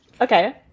okay